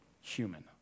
human